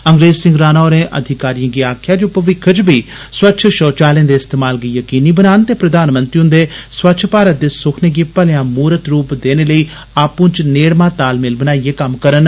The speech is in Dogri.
अंग्रेज सिंह राणा होरें अधिकारिएं गी आक्खेआ जे ओ भविक्ख च बी स्वच्छ षौचालयें दे इस्तेमाल गी यकीनी बनान ते प्रधानमंत्री हुन्दे स्वच्छ भारत दे सुखने गी भलेआं मूरत रुप देने लेई आपूं च नेड़मा तालमेल बनाइयै कम्म करन